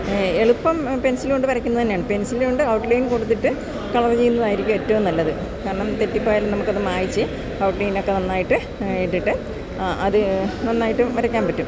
എളുപ്പം പെൻസിലുകൊണ്ട് വരയ്ക്കുന്നതു തന്നെയാണ് പെൻസിലുകൊണ്ട് ഔട്ട്ലൈൻ കൊടുത്തിട്ട് കളര് ചെയ്യുന്നതായിരിക്കും ഏറ്റവും നല്ലത് കാരണം തെറ്റിപ്പോയാൽ നമ്മള്ക്ക് അത് മായ്ച്ച് ഔട്ട്ലൈനൊക്കെ നന്നായിട്ട് ഇട്ടിട്ട് അത് നന്നായിട്ട് വരയ്ക്കാൻ പറ്റും